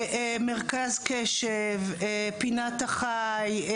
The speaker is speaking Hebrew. מרכז קשב, פינת החי.